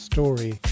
Story